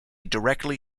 directly